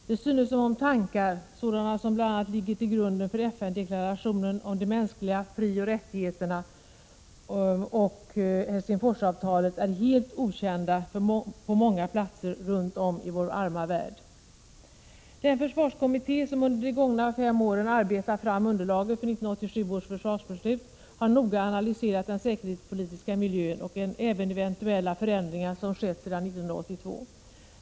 Det synes som om tankar, sådana som bl.a. ligger till grund för FN-deklarationen om de mänskliga frioch rättigheterna och Helsingforsavtalet, är helt okända på många platser runt om i vår arma värld. Den försvarskommitté som under de fem gångna åren arbetat fram underlaget för 1987 års försvarsbeslut har noga analyserat den säkerhetspolitiska miljön och även eventuella förändringar som skett sedan 1982.